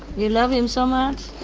you love him so much?